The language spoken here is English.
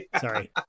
Sorry